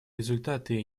результаты